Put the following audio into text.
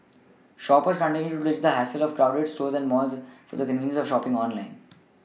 shoppers continue to ditch the hassle of crowded stores and malls for the convenience of shopPing online